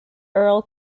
earl